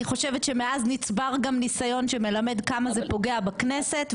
אני חושבת שמאז נצבר גם ניסיון שמלמד כמה זה פוגע בכנסת,